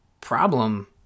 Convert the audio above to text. problem